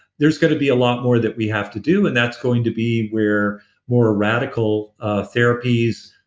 there's going to be a lot more that we have to do and that's going to be where more radical ah therapies,